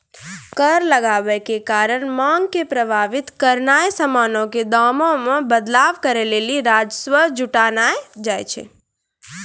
कर लगाबै के कारण मांग के प्रभावित करनाय समानो के दामो मे बदलाव करै लेली राजस्व जुटानाय छै